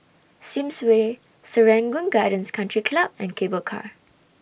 Sims Way Serangoon Gardens Country Club and Cable Car